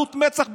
עזות מצח,